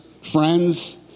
friends